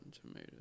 Tomatoes